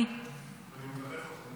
ואני מברך אתכם.